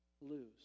lose